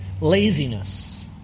laziness